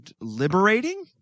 liberating